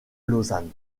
lausanne